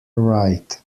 right